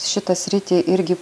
šitą sritį irgi